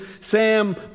Sam